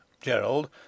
gerald